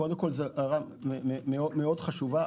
קודם כול, זו הערה מאוד חשובה.